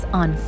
on